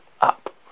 up